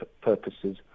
purposes